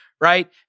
right